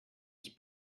qui